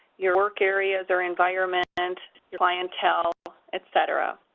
your work areas or environment, your clientele, et cetera.